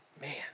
man